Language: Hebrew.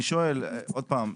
אני שואל שוב.